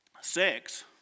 sex